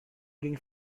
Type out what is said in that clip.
ging